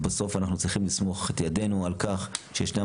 ובסוף אנחנו צריכים לסמוך את ידינו על כך שישנם